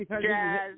Jazz